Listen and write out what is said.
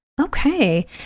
okay